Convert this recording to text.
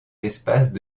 espaces